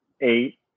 Eight